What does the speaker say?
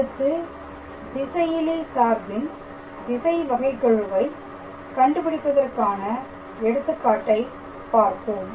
அடுத்து திசையிலி சார்பின் திசை வகைகெழுவை கண்டுபிடிப்பதற்கான எடுத்துக்காட்டை பார்ப்போம்